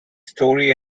story